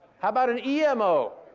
how about an emo,